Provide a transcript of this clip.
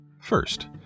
First